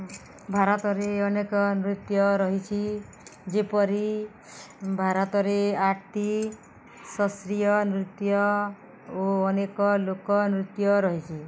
ଭାରତରେ ଅନେକ ନୃତ୍ୟ ରହିଛି ଯେପରି ଭାରତରେ ଶାସ୍ତ୍ରୀୟ ନୃତ୍ୟ ଓ ଅନେକ ଲୋକନୃତ୍ୟ ରହିଛି